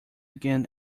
again